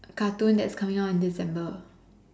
cartoon that's coming out in December